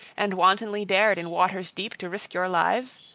and wantonly dared in waters deep to risk your lives?